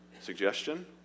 suggestion